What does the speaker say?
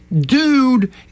dude